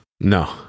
No